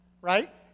Right